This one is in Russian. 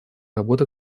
работы